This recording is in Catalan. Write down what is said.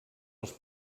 els